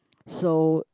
so